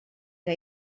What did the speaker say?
que